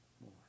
more